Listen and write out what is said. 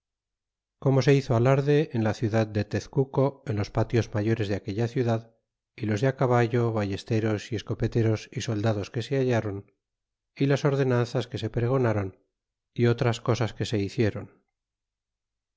como se hizo alarde en la ciudad de tezeueo en los patios mayores de aquella ciudad y los de caballo ballesteros y escopeteros y soldados que se halláron y las ordenanzas que se pregonron y otras cosas que se hicieron